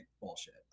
bullshit